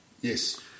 Yes